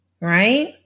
right